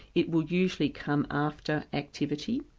it will usually come after activity,